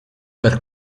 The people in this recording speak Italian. per